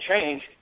change